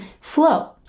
flow